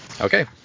Okay